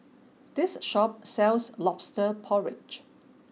this shop sells Lobster Porridge